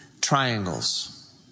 triangles